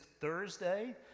Thursday